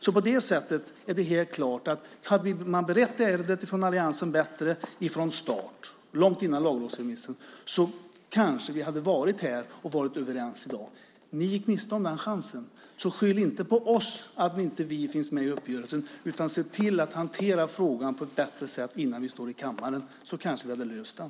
Om alliansen hade berett ärendet bättre från start, långt före lagrådsremissen, hade vi kanske varit överens i dag. Ni gick miste om den chansen, så skyll inte på oss för att vi inte är med på uppgörelsen. Om ni hade hanterat frågan på ett bättre sätt innan vi skulle debattera den i kammaren kunde vi kanske ha löst den.